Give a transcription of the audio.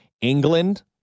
England